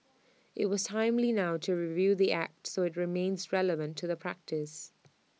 IT was timely now to review the act so IT remains relevant to the practice